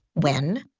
when,